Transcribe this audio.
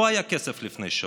לא היה כסף לפני שבוע,